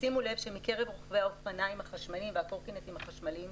תשימו לב שמקרב רוכבי האופניים החשמליים והקורקינטים החשמליים,